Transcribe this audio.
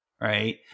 right